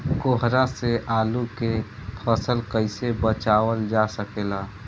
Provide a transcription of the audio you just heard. कोहरा से आलू के फसल कईसे बचावल जा सकेला?